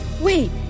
Wait